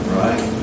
right